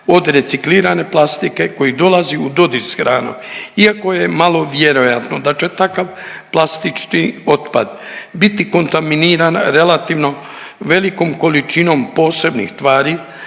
od reciklirane plastike koji dolazi u dodir s hranom iako je malo vjerojatno da će takav plastični otpad biti kontaminiran relativno velikom količinom posebnih tvari